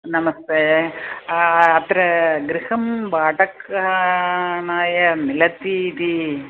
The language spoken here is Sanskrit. नमस्ते अत्र गृहं भाटकनाय मिलति इति